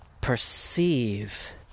perceive